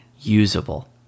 Usable